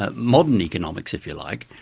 ah modern economics, if you like,